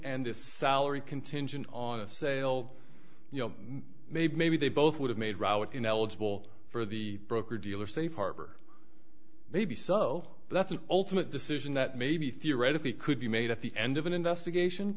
and this salary contingent on a sale you know maybe maybe they both would have made route ineligible for the broker dealer safe harbor maybe so that's an ultimate decision that maybe theoretically could be made at the end of an investigation